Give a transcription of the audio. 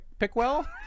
Pickwell